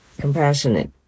compassionate